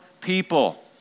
people